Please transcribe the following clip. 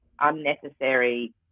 unnecessary